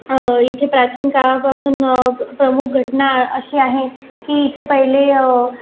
इथे प्राचीन काळापासून प्रमुख घटना अशी आहे की इथे पहिले